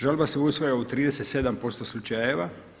Žalba se usvaja u 37% slučajeva.